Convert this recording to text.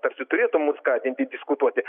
tarsi turėtų mus skatinti diskutuoti